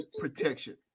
protection